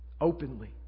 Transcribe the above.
openly